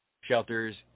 Shelters